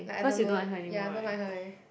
like I don't know ya I don't like her eh